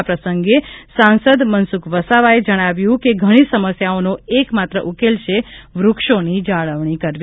આ પ્રસંગે સાંસદ મનસુખ વસાવાએ જણાવ્યું કે ઘણી સમસ્યાઓનો એકમાત્ર ઉકેલ છે વૃક્ષોની જાળવણી કરવી